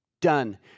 Done